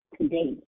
today